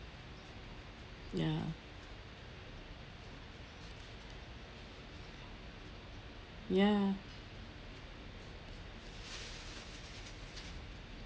ya ya